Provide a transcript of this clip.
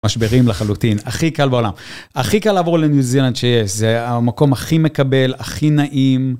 משברים לחלוטין, הכי קל בעולם. הכי קל לעבור לניו זילנד שיש, זה המקום הכי מקבל, הכי נעים.